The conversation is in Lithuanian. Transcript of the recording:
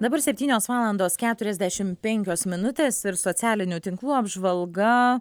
dabar septynios valandos keturiasdešim penkios minutės ir socialinių tinklų apžvalga